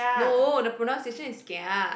no the pronunciation is kia